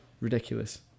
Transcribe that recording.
Ridiculous